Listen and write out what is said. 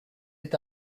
est